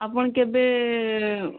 ଆପଣ କେବେ